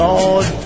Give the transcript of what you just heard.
Lord